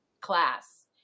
class